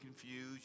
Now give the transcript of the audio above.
confused